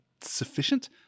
sufficient